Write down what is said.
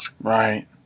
Right